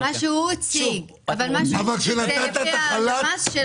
אבל מה שהוא הציג זה לפי הלמ"ס?